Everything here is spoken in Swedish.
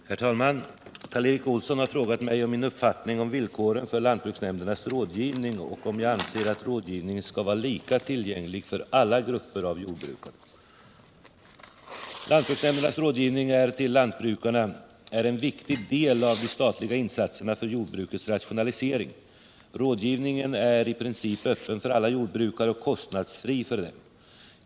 Herr talman! Karl Erik Olsson har frågat mig om min uppfattning om villkoren för lantbruksnämndernas rådgivning och om jag anser att rådgivningen skall vara lika tillgänglig för alla grupper av jordbrukare. Lantbruksnämndernas rådgivning till lantbrukarna är en viktig del av de statliga insatserna för jordbrukets rationalisering. Rådgivningen är i princip öppen för alla jordbrukare och kostnadsfri för dem.